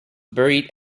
buried